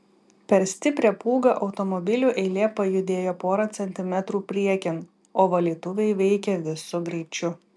per stiprią pūgą automobilių eilė pajudėjo porą centimetrų priekin o valytuvai veikė visu greičiu